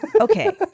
Okay